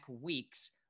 weeks